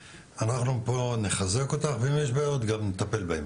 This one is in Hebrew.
ואנחנו מפה נחזק אותך ואם יש בעיות גם נטפל בהם.